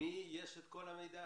למי יש את כל המידע?